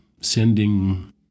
sending